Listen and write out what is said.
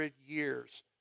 years